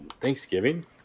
Thanksgiving